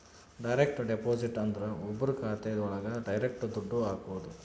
direct deposit ಅಂದ್ರ ಒಬ್ರು ಖಾತೆ ಒಳಗ ಡೈರೆಕ್ಟ್ ದುಡ್ಡು ಹಾಕೋದು